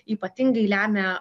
ypatingai lemia